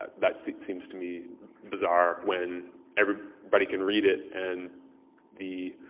that seems to me bizarre when everybody but can read it, and the.